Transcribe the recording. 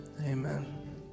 amen